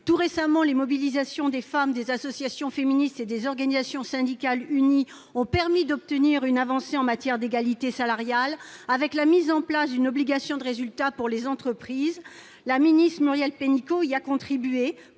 Tout récemment, les mobilisations des femmes, des associations féministes et des organisations syndicales unies ont permis d'obtenir une avancée en matière d'égalité salariale avec la mise en place d'une obligation de résultat pour les entreprises. La ministre du travail, Muriel Pénicaud, y a contribué,